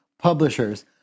publishers